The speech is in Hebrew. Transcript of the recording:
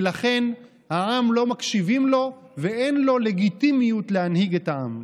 ולכן העם לא מקשיבים לו ואין לו לגיטימיות להנהיג את העם.